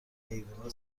حیوونا